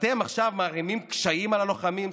עכשיו אתם מערימים קשיים על הלוחמים,